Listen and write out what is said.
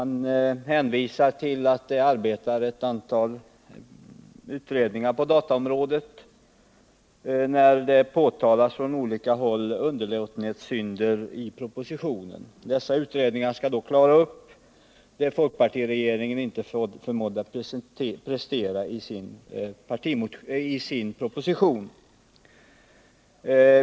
När underlåtenhetssynder i propositionen påtalas från olika håll, hänvisar Olle Wästberg till att olika utredningar arbetar på dataområdet. Dessa utredningar skall då klara upp det som folkpartiregeringen inte förmådde prestera i sin proposition.